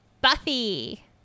Buffy